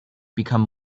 become